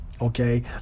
okay